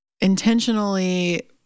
intentionally